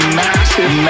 massive